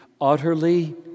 utterly